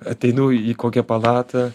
ateinu į kokią palatą